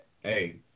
hey